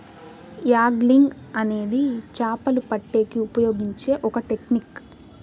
angling అనేది చాపలు పట్టేకి ఉపయోగించే ఒక టెక్నిక్